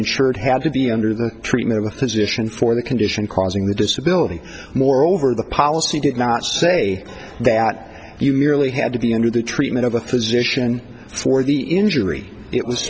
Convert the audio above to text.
insured had to be under the treatment of a physician for the condition causing the disability moreover the policy did not say that you merely had to be under the treatment of a physician for the injury it was